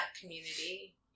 community